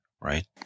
right